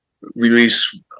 release